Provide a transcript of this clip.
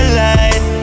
light